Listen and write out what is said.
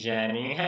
Jenny